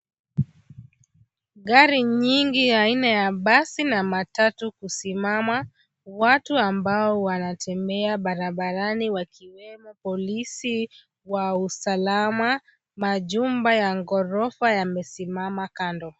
Gari nyingi aina ya basi na matatu kusimama. Watu ambao wanatembea barabarani wakiwemo polisi wa usalama. Majumba ya ghorofa yamesimama kando.